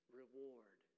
reward